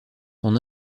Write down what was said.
son